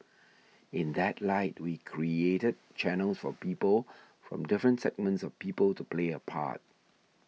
in that light we created channels for people from different segments of people to play a part